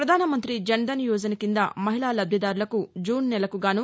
ప్రధానమంతి జన్ ధన్ యోజన కింద మహిళా లబ్లిదారులకు జూన్ నెలకుగాను